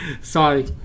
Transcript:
sorry